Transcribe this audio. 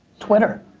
twitter.